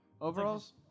Overalls